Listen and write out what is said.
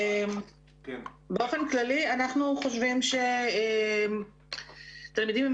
באופן כללי אנחנו חושבים שתלמידם עם